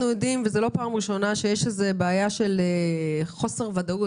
זו לא פעם ראשונה שיש בעיה של חוסר ודאות.